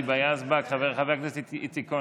ההצעה להעביר את הנושא לוועדה שתקבע ועדת הכנסת נתקבלה.